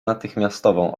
natychmiastową